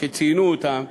וציינו אותן,